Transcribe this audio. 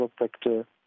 sector